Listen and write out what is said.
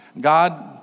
God